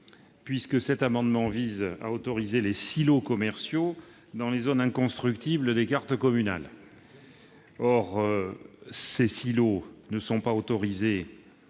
Cet amendement vise à autoriser les silos commerciaux dans les zones inconstructibles des cartes communales, alors que ces silos ne sont pas autorisés